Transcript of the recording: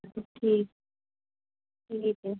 ठीक ठीक है